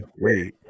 wait